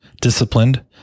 disciplined